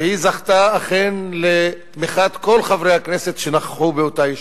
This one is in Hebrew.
והיא זכתה אכן לתמיכת כל חברי הכנסת שנכחו באותה ישיבה.